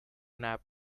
nap